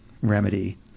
remedy